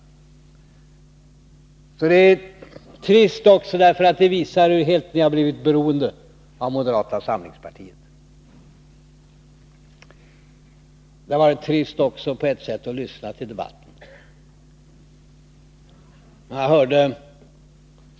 Det är trist också därför att detta visar hur ni har blivit helt beroende av moderata samlingspartiet. Det har på ett sätt också varit trist att lyssna till debatten.